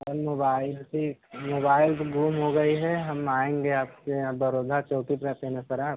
sir mobile से mobile तो गुम हो गई है हम आएंगे आपके यहाँ बरौधा चौकी पर रहते हैं ना सर आप